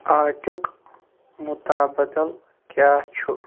آٹیُک مُتابدل کیٛاہ چھُ